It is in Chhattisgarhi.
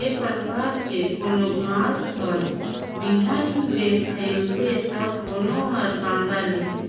ए परकार के कोनो घास हर बिहन ले फइलथे त कोनो हर कांदा ले